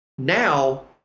Now